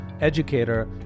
educator